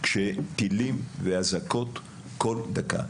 כשטילים ואזעקות בכל דקה.